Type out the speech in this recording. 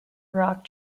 rock